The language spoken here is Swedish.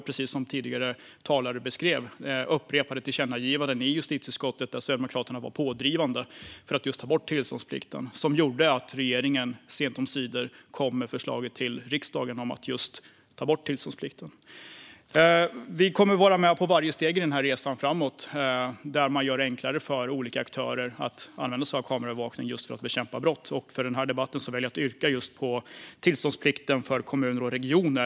Precis som tidigare talare beskrev var det upprepade tillkännagivanden i justitieutskottet - där Sverigedemokraterna var pådrivande - om att ta bort tillståndsplikten som gjorde att regeringen sent omsider kom med förslaget till riksdagen om att ta bort den. Vi kommer att vara med i varje steg på den här resan framåt, där man gör det enklare för olika aktörer att använda sig av kameraövervakning för att bekämpa brott. I den här debatten väljer jag att yrka bifall till reservation 5 om tillståndsplikten för kommuner och regioner.